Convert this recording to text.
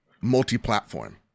multi-platform